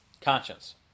conscience